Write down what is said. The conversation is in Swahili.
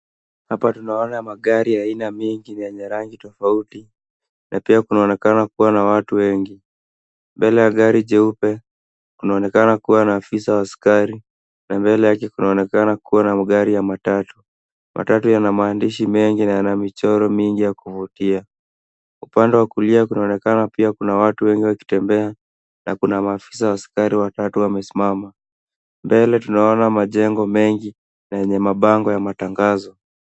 Hapa tunaona magari ya aina mingi zenye rangi tofauti na pia kunaonekana kuwa na watu wengi. Mbele ya gari jeupe kunaonekana kuwa na afisa wa askari na mbele yake kunaonekana kuwa na magari ya matatu. Matatu yana maandishi mengi na michoro mingi ya kuvutia. Upande wa kulia kunaonekana pia kuna watu wengi wakitembea na kuna maafisa askari watatu wamesimama. Mbele tunaona majengo mengi na yenye mabango ya matangazo.